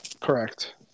Correct